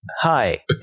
Hi